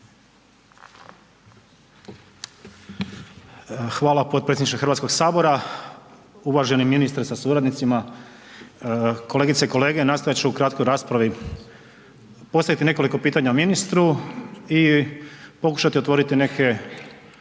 Hvala potpredsjedniče Hrvatskog sabora. Uvaženi ministre sa suradnicima, kolegice i kolege. Nastojat ću u kratkoj raspravi postaviti nekoliko pitanja ministru i pokušati otvoriti neke